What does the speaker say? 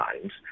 times